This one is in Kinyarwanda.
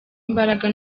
imbaraga